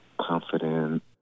confident